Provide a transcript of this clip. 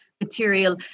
material